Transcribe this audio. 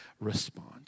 respond